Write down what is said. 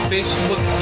Facebook